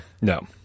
no